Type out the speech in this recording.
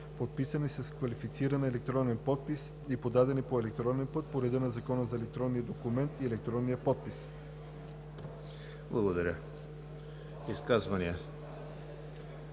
подписани с квалифициран електронен подпис и подадени по електронен път по реда на Закона за електронния документ и електронния подпис.“ ПРЕДСЕДАТЕЛ